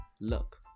look